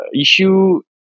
issue